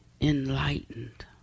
Enlightened